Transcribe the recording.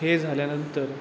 हे झाल्यानंतर